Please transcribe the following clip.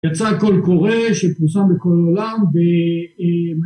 יצא על כל קורא שפורסם בכל עולם